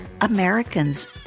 Americans